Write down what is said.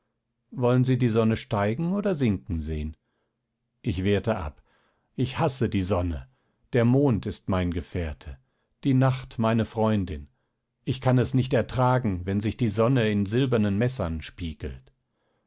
wollen sie die sonne steigen oder sinken sehen ich wehrte ab ich hasse die sonne der mond ist mein gefährte die nacht meine freundin ich kann es nicht ertragen wenn sich die sonne in silbernen messern spiegelt